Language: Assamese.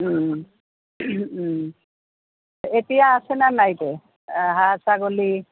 এতিয়া আছে নে নাই তোৰ হাঁহ ছাগলী